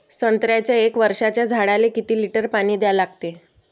संत्र्याच्या एक वर्षाच्या झाडाले किती लिटर पाणी द्या लागते?